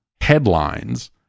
headlines